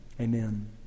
Amen